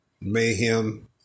mayhem